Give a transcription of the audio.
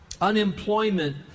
unemployment